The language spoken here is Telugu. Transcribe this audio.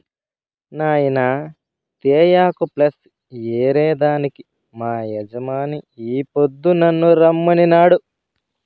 నాయినా తేయాకు ప్లస్ ఏరే దానికి మా యజమాని ఈ పొద్దు నన్ను రమ్మనినాడు